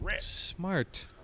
Smart